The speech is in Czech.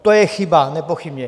To je chyba, nepochybně.